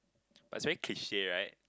but it's very cliche right